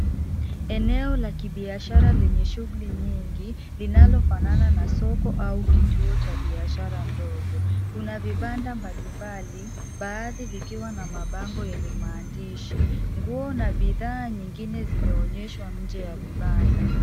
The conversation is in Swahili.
Eneo la kibiashara lenye shughuli nyingi, linalofanana na soko au kituo cha biashara ndogo. Kuna vibanda mbalimbali, baadhi vikiwa na mabango yenye maandishi. Nguo na bidhaa zingine, zimeonyeshwa nje ya vibanda.